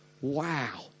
Wow